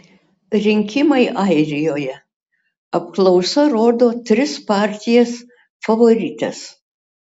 rinkimai airijoje apklausa rodo tris partijas favorites